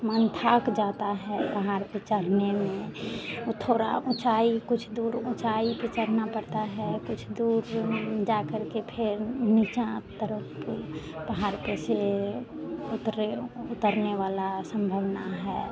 मन थक जाता है पहाड़ पर चढ़ने में वो थोड़ा उँचाई कुछ दूर उँचाई पर चढ़ना पड़ता है कुछ दूर हम जाकर के फिर नीचे आं तरफ तो पहाड़ पर से उतरें वो उतरने वाला संभवना है